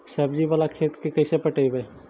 सब्जी बाला खेत के कैसे पटइबै?